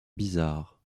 bizarres